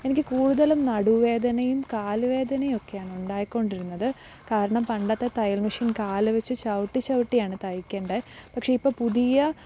എനിക്ക് കൂടുതലും നടുവേദനയും കാലുവേദനയും ഒക്കെയാണ് ഉണ്ടായിക്കൊണ്ടിരുന്നത് കാരണം പണ്ടത്തെ തയ്യല് മെഷീന് കാലു വെച്ച് ചവിട്ടി ചവിട്ടിയാണ് തയ്ക്കേണ്ടത് പക്ഷേ ഇപ്പോൾ പുതിയ